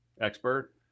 Expert